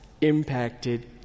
impacted